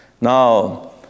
Now